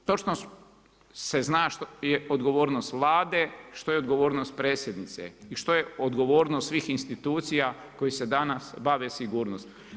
Točno se zna odgovornost Vlade, što je odgovornost Predsjednice i što je odgovornost svih institucija koje se danas bave sigurnosti.